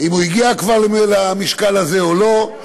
אם הוא כבר הגיע למשקל הזה או לא,